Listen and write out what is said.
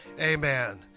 amen